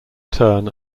turn